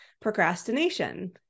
procrastination